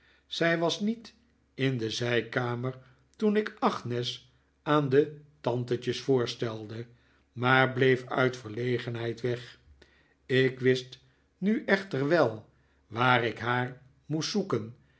zij was niet in de zijkamer toen ik agnes aan de tantetjes voorstelde maar bleef uit verlegenheid weg ik wist nu echter wel waar ik haar moest zoeken